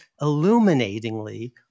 illuminatingly